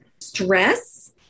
stress